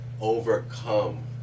overcome